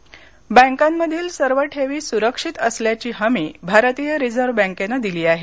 yes बँकांमधील सर्व ठेवी सुरक्षित असल्याची हमी भारतीय रिझर्व्ह बँकेनदिली आहे